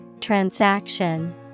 Transaction